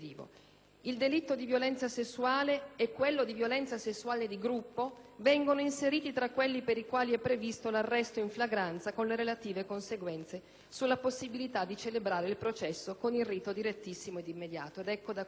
Il delitto di violenza sessuale e quello di violenza sessuale di gruppo vengono inseriti tra quelli per i quali è previsto l'arresto in flagranza, con le relative conseguenze sulla possibilità di celebrare il processo con il rito direttissimo ed immediato.